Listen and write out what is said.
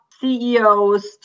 CEOs